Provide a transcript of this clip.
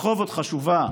רחובות חשובה,